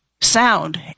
sound